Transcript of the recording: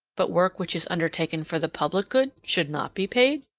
but work which is undertaken for the public good should not be paid?